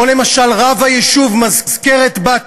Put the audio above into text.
כמו למשל רב היישוב מזכרת-בתיה,